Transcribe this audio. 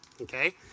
okay